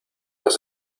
los